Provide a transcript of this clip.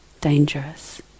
dangerous